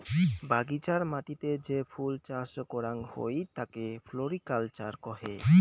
বাগিচার মাটিতে যে ফুল চাস করাং হই তাকে ফ্লোরিকালচার কহে